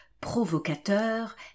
provocateur